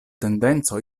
tendenco